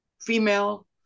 female